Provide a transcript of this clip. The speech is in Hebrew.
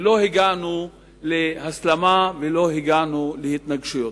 ולא הגענו להסלמה, ולא הגענו להתנגשויות.